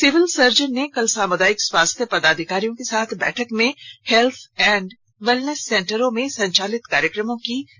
civil surgeon ने कल सामुदायिक स्वास्थ्य पदाधिकारियों के साथ बैठक में हेत्थ एंड वेलनेस सेंटरों में संचालित कार्यक्रमों की समीक्षा भी की